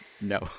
No